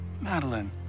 Madeline